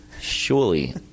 Surely